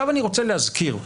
אני רוצה להזכיר,